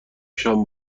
شام